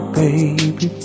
baby